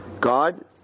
God